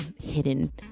hidden